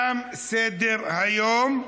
תם סדר-היום.